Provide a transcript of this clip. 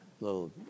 little